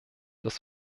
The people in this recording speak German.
das